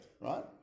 right